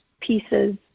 pieces